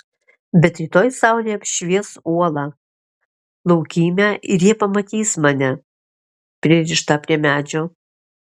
bet rytoj saulė apšvies uolą laukymę ir jie pamatys mane pririštą prie medžio